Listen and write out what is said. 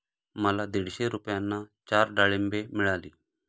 मला दीडशे रुपयांना चार डाळींबे मिळाली